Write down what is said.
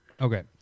Okay